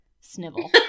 snivel